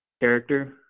character